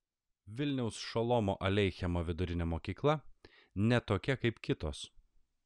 vilniaus šolomo aleichemo vidurinė mokykla ne tokia kaip kitos